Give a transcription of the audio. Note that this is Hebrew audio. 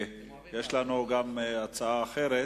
יש לנו גם הצעה אחרת.